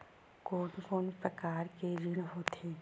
कोन कोन प्रकार के ऋण होथे?